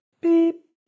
beep